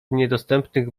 niedostępnych